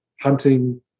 Hunting